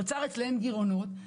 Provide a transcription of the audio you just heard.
נוצרו אצלם גירעונות.